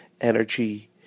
energy